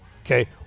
okay